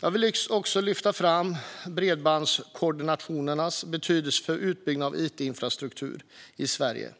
Jag vill också lyfta fram bredbandskoordinatorernas betydelse för utbyggnaden av it-infrastrukturen i Sverige.